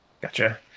Gotcha